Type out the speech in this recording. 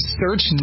search